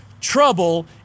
trouble